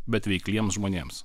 bet veikliems žmonėms